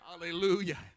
Hallelujah